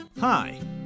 Hi